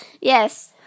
Yes